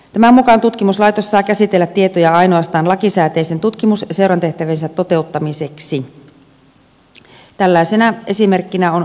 tämän mukaan tutkimuslaitos saa käsitellä tietoja ainoastaan lakisääteisten tutkimus ja seurantatehtäviensä toteuttamiseksi